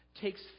takes